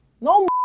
No